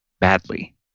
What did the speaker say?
badly